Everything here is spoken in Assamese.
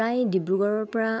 প্ৰায় ডিব্ৰুগড়ৰপৰা